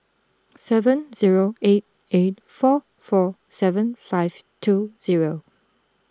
seven zero eight eight four four seven five two zero